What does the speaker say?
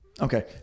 Okay